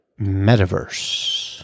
Metaverse